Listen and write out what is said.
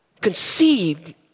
conceived